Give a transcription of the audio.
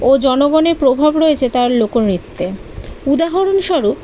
ও জনগণের প্রভাব রয়েছে তার লোকনৃত্যে উদাহরণস্বরূপ